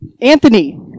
Anthony